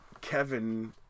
Kevin